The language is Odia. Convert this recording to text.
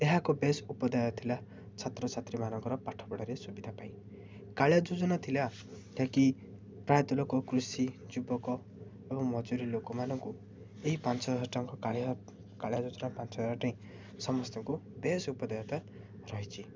ଏହା ଏକ ବେଶ ଉପଦାୟ ଥିଲା ଛାତ୍ର ଛାତ୍ରୀମାନାନଙ୍କର ପାଠପଢ଼ାରେ ସୁବିଧା ପାଇଁ କାଳିଆ ଯୋଜନା ଥିଲା ଯାହାକି ପ୍ରାୟତଃ ଲୋକ କୃଷି ଯୁବକ ଏବଂ ମଜୁରୀ ଲୋକମାନଙ୍କୁ ଏହି ପାଞ୍ଚ ହଜାର ଟଙ୍କା କାଳିଆ କାଳିଆ ଯୋଜନା ପାଞ୍ଚ ହଜାର ପାଇଁ ସମସ୍ତଙ୍କୁ ବେଶ୍ ଉପଦେୟତା ରହିଛି